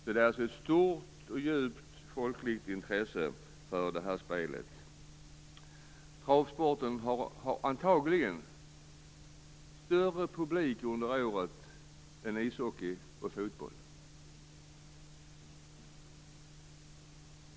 Det finns alltså ett stort och djupt folkligt intresse för det här spelet. Travsporten har antagligen större publik under året än ishockeyn och fotbollen.